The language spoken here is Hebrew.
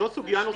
זאת סוגיה נוספת.